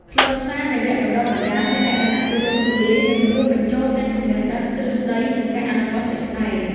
ខ្លឹមសារនៃវគ្គបណ្តុះបណ្តាលមានលក្ខណៈទូលំទូលាយនិងរួមបញ្ចូលទាំងចំណេះដឹងទ្រឹស្តីនិងការអនុវត្តជាក់ស្តែង។